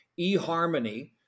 eHarmony